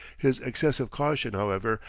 his excessive caution, however,